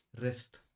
rest